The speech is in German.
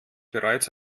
bereits